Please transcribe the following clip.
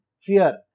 fear